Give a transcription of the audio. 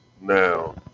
now